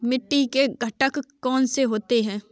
मिट्टी के घटक कौन से होते हैं?